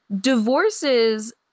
divorces